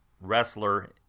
wrestler